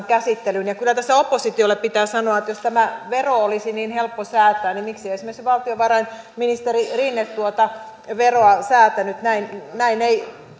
käsittelyyn kyllä tässä oppositiolle pitää sanoa jos tämä vero olisi niin helppo säätää miksi esimerkiksi valtiovarainministeri rinne ei tuota veroa säätänyt näin näin ei